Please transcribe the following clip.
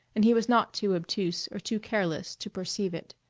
and he was not too obtuse or too careless to perceive it.